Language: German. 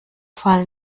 fallen